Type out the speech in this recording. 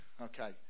Okay